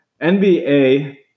nba